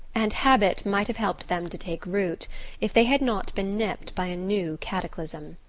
and habit might have helped them to take root if they had not been nipped by a new cataclysm.